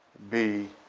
be